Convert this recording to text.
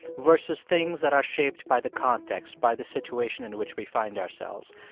versus things that are shaped by the context, by the situation in which we find ourselves?